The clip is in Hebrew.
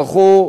יצטרכו,